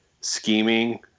scheming